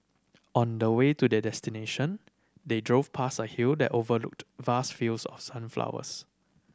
on the way to their destination they drove past a hill that overlooked vast fields of sunflowers